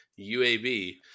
UAB